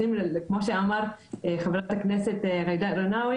בעצם כמו שאמרת חה"כ רינאוי,